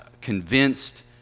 convinced